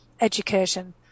education